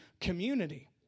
community